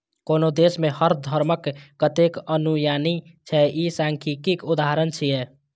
कोनो देश मे हर धर्मक कतेक अनुयायी छै, ई सांख्यिकीक उदाहरण छियै